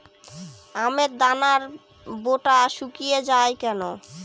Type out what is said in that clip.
আমের দানার বোঁটা শুকিয়ে য়ায় কেন?